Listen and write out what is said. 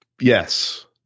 Yes